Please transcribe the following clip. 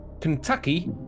Kentucky